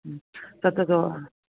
सत सौ